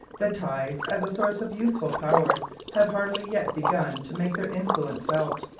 the tides as a source of useful power have hardly yet begun to make their influence felt,